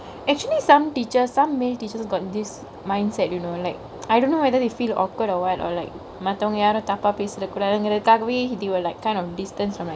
actually some teachers some male teachers got this mindset you know like I don't know whether they feel awkward or what or like மத்தவங்க யாரு தப்பா பேசிர கூடாதுனுருக்காகவே:mathavangke yaaru tappaa pesire kudaathunurukaagave they will like kind of distance from like